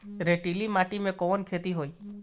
रेतीली माटी में कवन खेती होई?